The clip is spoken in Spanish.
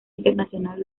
internacional